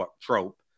trope